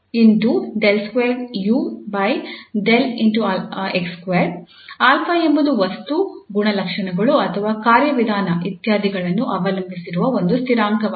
ಈ 𝛼 ಎಂಬುದು ವಸ್ತು ಗುಣಲಕ್ಷಣಗಳು ಅಥವಾ ಕಾರ್ಯವಿಧಾನ ಇತ್ಯಾದಿಗಳನ್ನು ಅವಲಂಬಿಸಿರುವ ಒಂದು ಸ್ಥಿರಾಂಕವಾಗಿದೆ